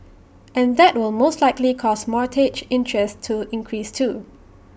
and that will most likely cause mortgage interest to increase too